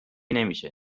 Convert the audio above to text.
نمیشه